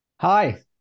Hi